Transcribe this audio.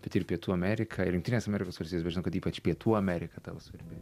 bet ir pietų amerika ir jungtinės amerikos valstijos bet žinau kad ypač pietų amerika tau svarbi